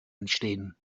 entstehen